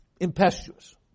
impetuous